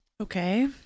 Okay